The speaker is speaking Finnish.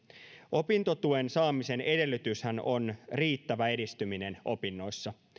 opintotuen saamisen edellytyshän on riittävä edistyminen opinnoissa